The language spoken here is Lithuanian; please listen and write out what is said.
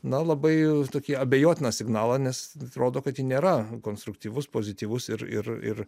na labai tokį abejotiną signalą nes atrodo kad ji nėra konstruktyvus pozityvus ir ir ir